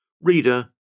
Reader